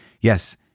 Yes